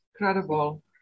Incredible